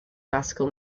classical